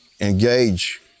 engage